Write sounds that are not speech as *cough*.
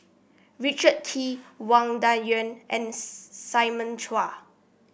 Richard Kee Wang Dayuan and *unintelligible* Simon Chua